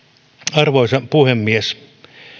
arvoisa puhemies